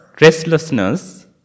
restlessness